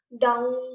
down